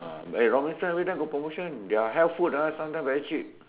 ah eh Robinson every time got promotion their health food ah sometime very cheap